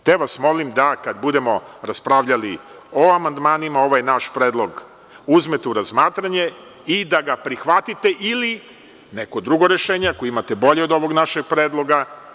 Stoga vas molim da kada budemo raspravljali o amandmanima ovaj naš predlog uzmete u razmatranje i da ga prihvatite, ili neko drugo rešenje da date, ako imate bolje od ovog našeg predloga.